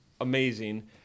amazing